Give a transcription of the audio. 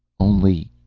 only,